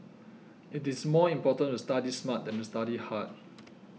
it is more important to study smart than to study hard